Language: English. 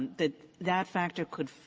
that that factor could